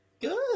Good